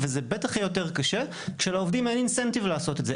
וזה בטח יהיה יותר קשה כאשר לא עובדים עם "אינסנטיב" (תמריץ),